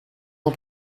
ans